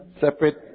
separate